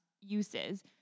uses